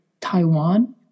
Taiwan